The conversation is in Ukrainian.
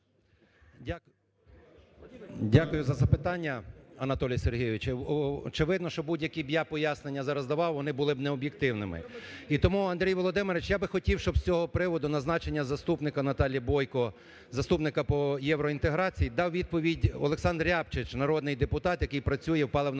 Дякую за запитання, Анатолію Сергійовичу. Очевидно, що будь-які б я пояснення зараз давав, вони були б необ'єктивними. І тому, Андрій Володимирович, я би хотів, щоб з цього приводу назначення заступника Наталії Бойко, заступника по євроінтеграції, дав відповідь Олександр Рябчин, народний депутат, який працює в